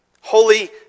Holy